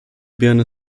byrne